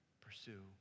Pursue